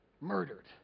murdered